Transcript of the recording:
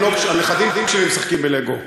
הנכדים שלי משחקים בלגו.